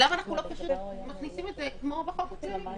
למה אנחנו לא מכניסים את זה כמו בחוק הכללי?